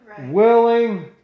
willing